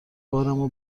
بارمو